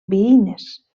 veïnes